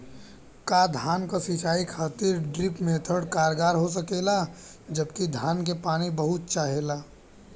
का धान क सिंचाई खातिर ड्रिप मेथड कारगर हो सकेला जबकि धान के पानी बहुत चाहेला?